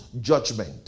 judgment